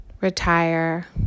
retire